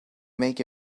make